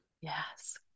Yes